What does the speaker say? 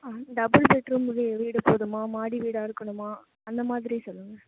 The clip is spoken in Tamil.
ஆ டபுள் பெட் ரூம் வீ வீடு போதுமா மாடி வீடாக இருக்கணுமா அந்த மாதிரி சொல்லுங்க